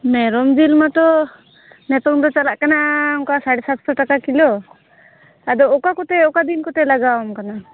ᱢᱮᱨᱚᱢ ᱡᱤᱞ ᱢᱟᱛᱚ ᱱᱤᱛᱚᱝ ᱫᱚ ᱪᱟᱞᱟᱜ ᱠᱟᱱᱟ ᱚᱱᱠᱟ ᱥᱟᱲᱮ ᱥᱟᱛᱥᱚ ᱴᱟᱠᱟ ᱠᱤᱞᱳ ᱟᱫᱚ ᱚᱠᱟ ᱠᱚᱛᱮ ᱚᱠᱟ ᱫᱤᱱ ᱠᱚᱛᱮ ᱞᱟᱜᱟᱣ ᱟᱢ ᱠᱟᱱᱟ